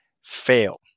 fail